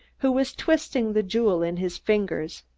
who was twisting the jewel in his fingers,